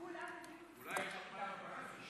כולם הבינו את זה.